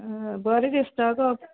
बरें दिसता गो